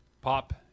Pop